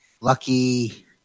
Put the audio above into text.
lucky